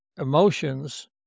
emotions